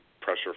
pressure